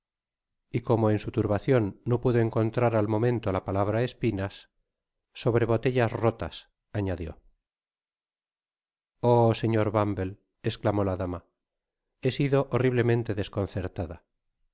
y como en su turbacion no pudo encontrar al momento la palabra espinas sobre botellus rolas añadió oh señor bumble esclamó la dama he sido horuiwemente desconcertada